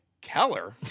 Keller